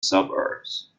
suburbs